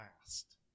last